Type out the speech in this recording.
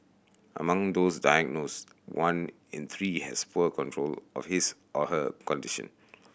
among those diagnosed one in three has poor control of his or her condition